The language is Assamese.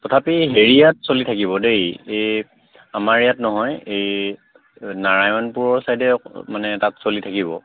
তথাপি হেৰিয়াত চলি থাকিব দেই এই আমাৰ ইয়াত নহয় এই নাৰায়ণপুৰৰ ছাইডে মানে তাত চলি থাকিব